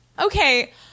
okay